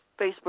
Facebook